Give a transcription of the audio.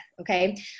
Okay